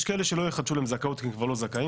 יש כאלה שלא יחדשו להם זכאות כי הם כבר לא זכאים,